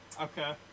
Okay